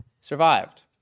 Survived